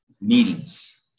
meetings